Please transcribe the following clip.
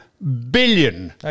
billion